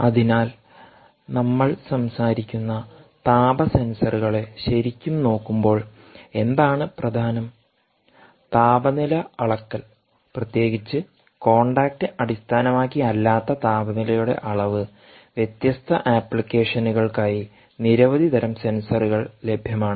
അതിനാൽ നമ്മൾ സംസാരിക്കുന്ന താപ സെൻസറുകളെ ശരിക്കും നോക്കുമ്പോൾ എന്താണ് പ്രധാനം താപനില അളക്കൽ പ്രത്യേകിച്ച് കോൺടാക്റ്റ് അടിസ്ഥാനമാക്കി അല്ലാത്ത താപനിലയുടെ അളവ് വ്യത്യസ്ത ആപ്ലിക്കേഷനുകൾക്കായി നിരവധി തരം സെൻസറുകൾ ലഭ്യമാണ്